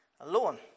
alone